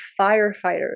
firefighters